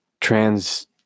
trans